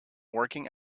working